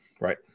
Right